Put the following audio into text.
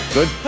Good